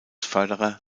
förderer